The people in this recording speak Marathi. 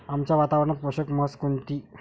आमच्या वातावरनात पोषक म्हस कोनची?